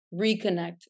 reconnect